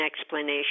explanation